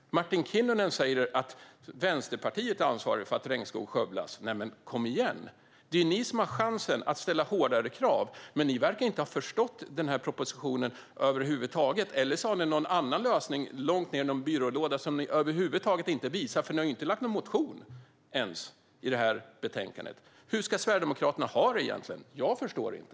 Martin Kinnunen säger att Vänsterpartiet är ansvarigt för att regnskog skövlas. Men kom igen! Det är ju ni som har chansen att ställa hårdare krav, men ni verkar inte ha förstått den här propositionen över huvud taget. Eller har ni någon annan lösning långt ned i någon byrålåda som ni inte visar? Ni har ju inte ens lagt någon motion i det här betänkandet. Hur ska Sverigedemokraterna ha det egentligen? Jag förstår det inte.